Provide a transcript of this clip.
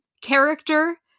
character